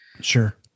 sure